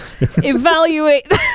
evaluate